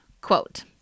Quote